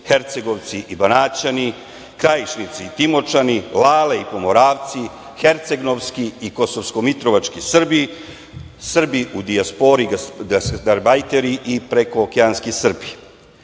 Hercegovci i Banaćani, Krajišnici i Timočani, Lale i Pomoravci, hercegnovski i kosovsko-mitrovački Srbi, Srbi u dijaspori, gastarbajteri i prekookeanski